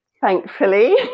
thankfully